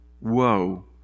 woe